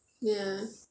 ya